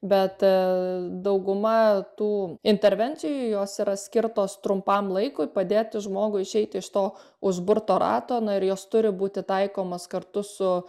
bet dauguma tų intervencijų jos yra skirtos trumpam laikui padėti žmogui išeiti iš to užburto rato na ir jos turi būti taikomos kartu su